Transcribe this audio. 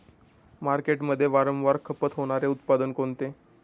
मार्केटमध्ये वारंवार खपत होणारे उत्पादन कोणते?